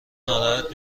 ناراحت